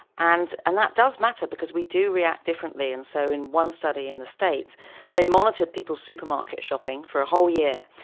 and and that does matter because we do react differently. and so in one study in the states they monitored people's supermarket shopping for a whole year,